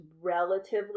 relatively